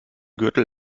gürtel